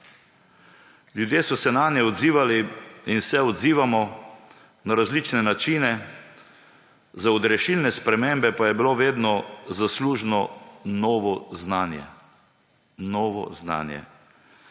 Ljudje so se nanje odzivali in se odzivamo na različne načine, za odrešilne spremembe pa je bilo vedno zaslužno novo znanje.